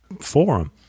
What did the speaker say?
forum